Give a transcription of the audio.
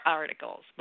articles